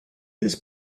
this